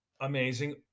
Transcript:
amazing